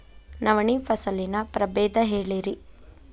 ನವಣಿ ಫಸಲಿನ ಪ್ರಭೇದ ಹೇಳಿರಿ